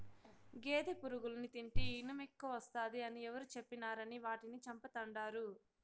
గేదె పురుగుల్ని తింటే ఇనుమెక్కువస్తాది అని ఎవరు చెప్పినారని వాటిని చంపతండాడు